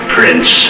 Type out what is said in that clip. Prince